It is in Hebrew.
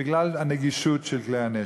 בגלל הנגישות של כלי הנשק.